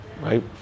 right